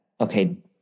okay